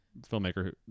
filmmaker